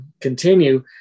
continue